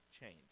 change